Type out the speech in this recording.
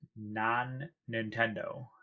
non-nintendo